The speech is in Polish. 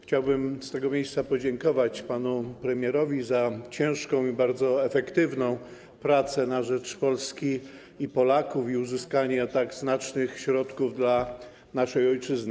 Chciałbym z tego miejsca podziękować panu premierowi za ciężką i bardzo efektywną pracę na rzecz Polski i Polaków i uzyskanie tak znacznych środków dla naszej ojczyzny.